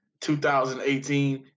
2018